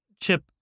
Chip